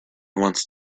once